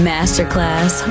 Masterclass